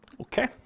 Okay